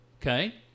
Okay